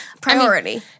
Priority